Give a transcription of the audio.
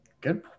Good